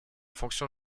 fonction